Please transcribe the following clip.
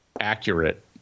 accurate